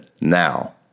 now